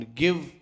give